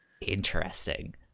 Interesting